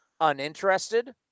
uninterested